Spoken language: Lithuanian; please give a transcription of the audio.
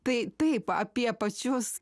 tai taip apie pačius